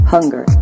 Hunger